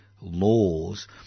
laws